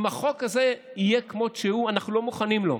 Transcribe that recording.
אם החוק הזה יהיה כמות שהוא, אנחנו לא מוכנים לו.